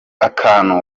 akantu